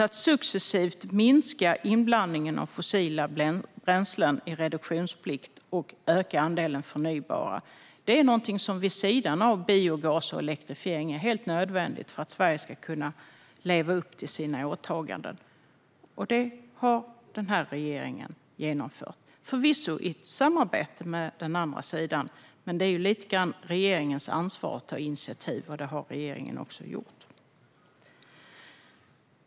Att successivt minska inblandningen av fossila bränslen i reduktionsplikten och öka andelen förnybara bränslen är någonting som vid sidan av biogas och elektrifiering är helt nödvändigt för att Sverige ska kunna leva upp till sina åtaganden. Det har den här regeringen genomfört, förvisso i samarbete med den andra sidan, men det är ju lite grann regeringens ansvar att ta initiativ, och det har regeringen också gjort.